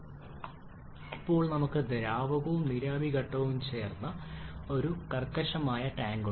ഇപ്പോൾ ഇവിടെ നമുക്ക് ദ്രാവകവും നീരാവി ഘട്ടവും ചേർന്ന ഒരു കർക്കശമായ ടാങ്ക് ഉണ്ട്